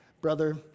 brother